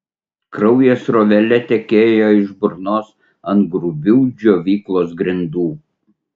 kraujas srovele tekėjo iš burnos ant grubių džiovyklos grindų